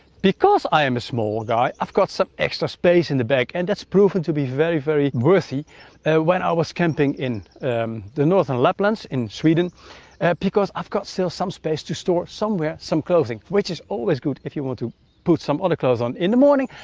because i am a small guy, i've got some extra space in the bag, and that's proven to be very, very worthy when i was camping in the northern laplands in sweden because i've got still some space to store somewhere some clothing, which is always good if you want to put some other clothes on in the morning,